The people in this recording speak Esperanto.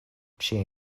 ŝiaj